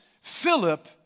Philip